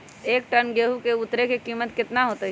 एक टन गेंहू के उतरे के कीमत कितना होतई?